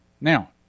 Now